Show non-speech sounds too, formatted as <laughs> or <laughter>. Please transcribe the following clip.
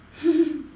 <laughs>